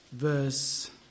Verse